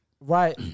Right